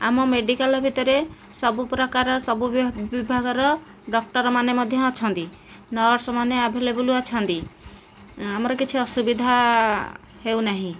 ଆମ ମେଡ଼ିକାଲ ଭିତରେ ସବୁ ପ୍ରକାର ସବୁ ବି ବିଭାଗର ଡକ୍ଟରମାନେ ମଧ୍ୟ ଅଛନ୍ତି ନର୍ସମାନେ ଆଭେଲେବୁଲ୍ ଅଛନ୍ତି ଆମର କିଛି ଅସୁବିଧା ହେଉନାହିଁ